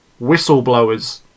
Whistleblowers